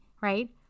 right